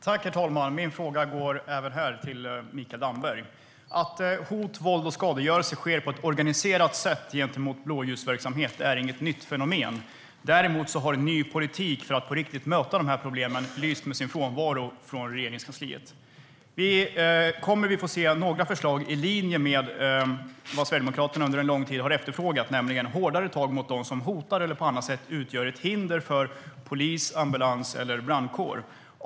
Herr talman! Även min fråga går till Mikael Damberg. Att hot, våld och skadegörelse sker på ett organiserat sätt gentemot blåljusverksamhet är inget nytt fenomen. Ny politik från Regeringskansliet för att möta problemen på riktigt har däremot lyst med sin frånvaro. Kommer vi att få se några förslag som är i linje med det Sverigedemokraterna har efterfrågat under lång tid, nämligen hårdare tag mot dem som hotar eller på annat sätt utgör hinder för polis, ambulans eller brandkår?